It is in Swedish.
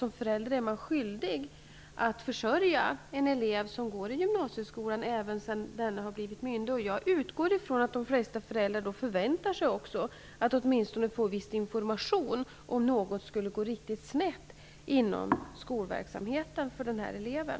Som förälder är man skyldig att försörja en elev som går i gymnasieskolan även sedan denne har blivit myndig. Jag utgår från att de flesta föräldrar också förväntar sig att åtminstone få viss information, om något skulle gå riktigt snett för en sådan elev i skolan.